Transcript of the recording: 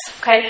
Okay